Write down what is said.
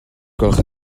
gwelwch